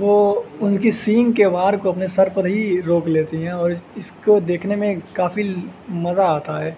وہ ان کی سینگ کے وار کو اپنے سر پر ہی روک لیتی ہیں اور اس کو دیکھنے میں کافی مزہ آتا ہے